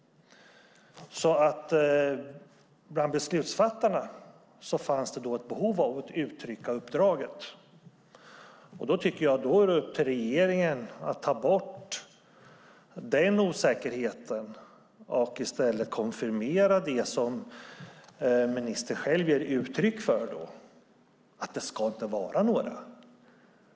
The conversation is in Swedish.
Bland beslutsfattarna fanns det då ett behov av att uttrycka uppdraget. Då tycker jag att det är upp till regeringen att ta bort den osäkerheten och i stället konfirmera det som ministern själv ger uttryck för, att det inte ska vara några.